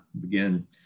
begin